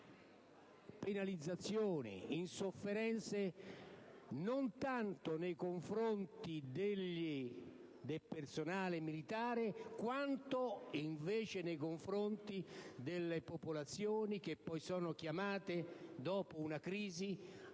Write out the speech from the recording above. penalizzazioni, in sofferenze non tanto nei confronti del personale militare quanto nei confronti delle popolazioni che poi, dopo una crisi,